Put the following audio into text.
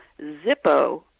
zippo